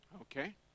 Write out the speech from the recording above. Okay